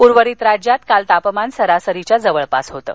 उर्वरित राज्यात काल तापमान सरासरीच्या जवळपास होतं